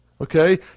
Okay